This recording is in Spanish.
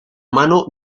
mano